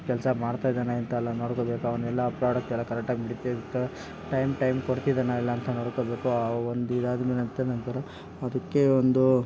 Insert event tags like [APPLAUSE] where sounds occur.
work ಕೆಲಸ ಮಾಡ್ತಾಯಿದ್ದಾನೆ ಅಂತ ಎಲ್ಲ ನೋಡ್ಕೊಳ್ಬೇಕು ಅವನೆಲ್ಲ ಪ್ರಾಡಕ್ಟ್ ಎಲ್ಲ ಕರೆಕ್ಟ್ ಆಗಿ [UNINTELLIGIBLE] ಟೈಮ್ ಟೈಮ್ ಕೊಡ್ತಿದ್ದಾನ ಇಲ್ವಾ ಅಂತ ನೋಡ್ಕೊಳ್ಬೇಕು ಒಂದು ಇದಾದ್ಮೇಲೆ ನಂತರ ಅದಕ್ಕೆ ಒಂದು